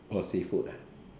orh seafood ah